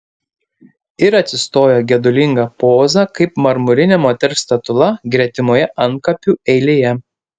ir atsistojo gedulinga poza kaip marmurinė moters statula gretimoje antkapių eilėje